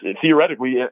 theoretically